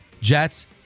Jets